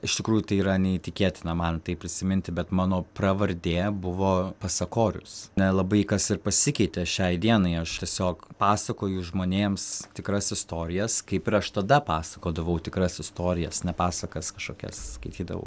iš tikrųjų tai yra neįtikėtina man tai prisiminti bet mano pravardė buvo pasakorius nelabai kas ir pasikeitė šiai dienai aš tiesiog pasakoju žmonėms tikras istorijas kaip ir aš tada pasakodavau tikras istorijas ne pasakas kažkokias skaitydavau